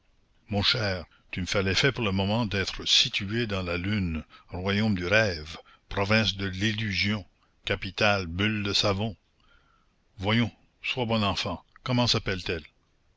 mon cher tu me fais l'effet pour le moment d'être situé dans la lune royaume du rêve province de l'illusion capitale bulle de savon voyons sois bon enfant comment sappelle t elle